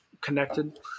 connected